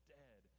dead